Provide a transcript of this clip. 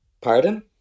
Pardon